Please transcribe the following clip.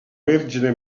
vergine